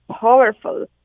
powerful